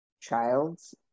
child's